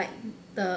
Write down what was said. like the